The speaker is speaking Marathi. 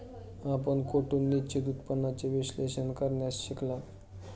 आपण कोठून निश्चित उत्पन्नाचे विश्लेषण करण्यास शिकलात?